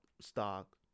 stock